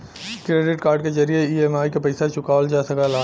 credit card के जरिये EMI क पइसा चुकावल जा सकला